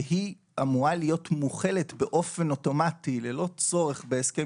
שהיא אמורה להיות מוחלת באופן אוטומטי ללא צורך בהסכם